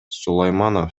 сулайманов